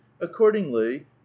Accordingly